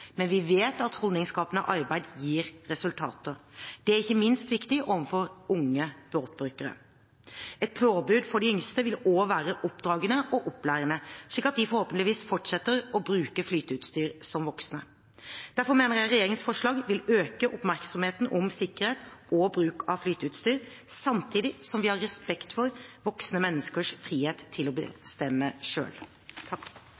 Men vi vet at holdningsskapende arbeid gir resultater. Det er ikke minst viktig overfor unge båtbrukere. Et påbud for de yngste vil også være oppdragende og opplærende, slik at de forhåpentligvis fortsetter å bruke flyteutstyr som voksne. Derfor mener jeg regjeringens forslag vil øke oppmerksomheten om sikkerhet og bruk av flyteutstyr, samtidig som vi har respekt for voksne menneskers frihet til å bestemme